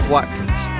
Watkins